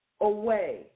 away